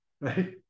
right